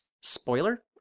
spoiler